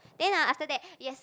then ah after that yes